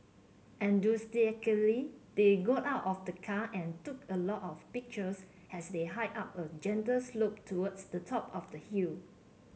enthusiastically they got out of the car and took a lot of pictures as they hiked up a gentle slope towards the top of the hill